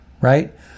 right